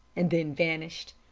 and then vanished.